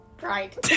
Right